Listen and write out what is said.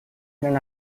eran